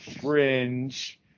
fringe